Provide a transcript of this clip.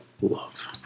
love